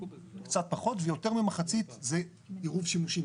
ויותר ממחצית זה עירוב שימושים.